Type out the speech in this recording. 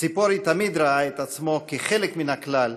ציפורי תמיד ראה את עצמו כחלק מן הכלל,